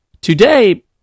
Today